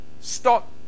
stop